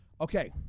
Okay